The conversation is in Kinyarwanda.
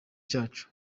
cyacu